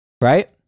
right